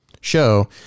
show